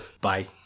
Bye